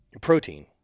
protein